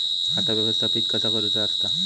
खाता व्यवस्थापित कसा करुचा असता?